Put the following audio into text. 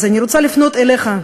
אז אני רוצה לפנות אליך,